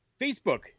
Facebook